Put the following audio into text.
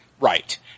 Right